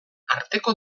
arteko